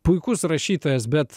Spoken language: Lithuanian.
puikus rašytojas bet